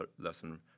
lesson